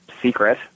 secret